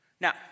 Now